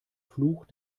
fluch